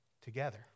together